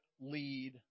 lead